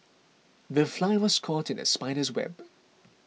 the fly was caught in the spider's web